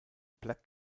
black